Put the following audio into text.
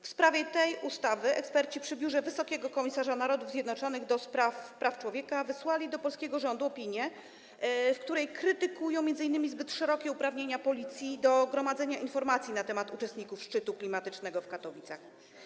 W sprawie tej ustawy eksperci przy Biurze Wysokiego Komisarza Narodów Zjednoczonych do spraw Praw Człowieka wysłali do polskiego rządu opinię, w której krytykują m.in. zbyt szerokie uprawnienia Policji do gromadzenia informacji na temat uczestników szczytu klimatycznego w Katowicach.